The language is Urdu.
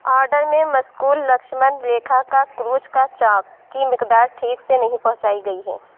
آڈر میں مذکور لکچھمن ریکھا کاکروچ کا چاک کی مقدار ٹھیک سے نہیں پہنچائی گئی ہیں